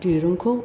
दिरुंखौ